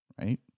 Right